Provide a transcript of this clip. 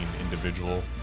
individual